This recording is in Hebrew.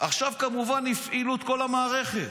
עכשיו כמובן הפעילו את כל המערכת,